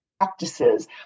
practices